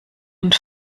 und